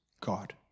God